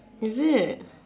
is it